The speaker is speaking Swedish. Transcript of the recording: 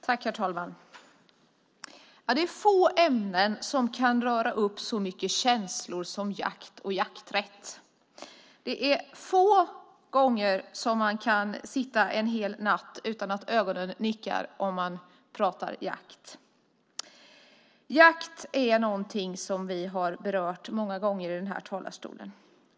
Herr talman! Det är få ämnen som kan röra upp så mycket känslor som jakt och jakträtt. Man kan sitta en hel natt utan att nicka till om man pratar om jakt. Jakt är någonting som vi har berört många gånger i den här talarstolen.